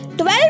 12